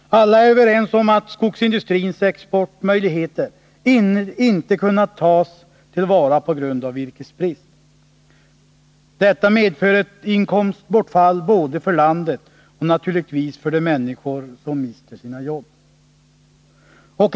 Alla är överens om att skogsindustrins exportmöjligheter inte kunnat tas till vara på grund av virkesbrist. Detta medför ett inkomstbortfall både för landet och naturligtvis för de människor som mister sina jobb.